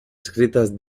escritas